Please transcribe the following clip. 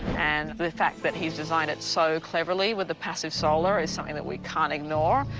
and the fact that he's designed it so cleverly with the passive solar is something that we can't ignore.